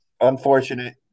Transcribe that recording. unfortunate